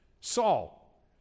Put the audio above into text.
Saul